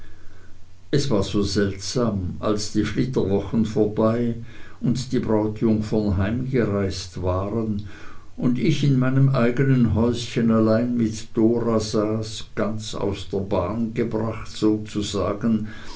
es war so seltsam als die flitterwochen vorbei und die brautjungfern heimgereist waren und ich in meinem eignen häuschen allein mit dora saß ganz aus der bahn gebracht sozusagen